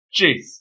Jeez